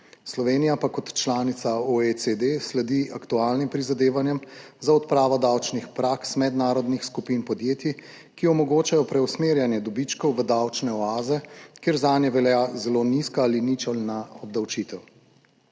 Slovenija pa kot članica OECD sledi aktualnim prizadevanjem za odpravo davčnih praks mednarodnih skupin podjetij, ki omogočajo preusmerjanje dobičkov v davčne oaze, kjer zanje velja zelo nizka ali ničelna obdavčitev.